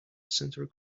centre